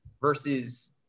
versus